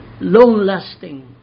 long-lasting